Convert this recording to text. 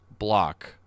block